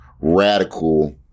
radical